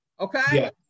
okay